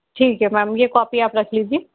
ठीक है मैम ये कॉपी आप रख लीजिये